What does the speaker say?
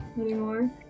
anymore